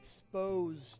exposed